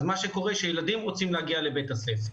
מה שקורה הוא שילדים רוצים להגיע לבית הספר,